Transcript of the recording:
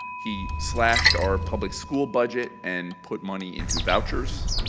he slashed our public school budget and put money into vouchers.